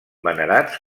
venerats